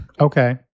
Okay